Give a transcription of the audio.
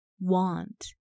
Want